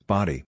Body